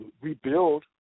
rebuild